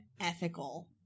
ethical